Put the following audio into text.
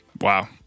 Wow